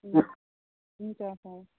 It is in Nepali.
हुन्छ सर